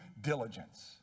diligence